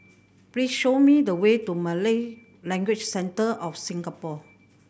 please show me the way to Malay Language Centre of Singapore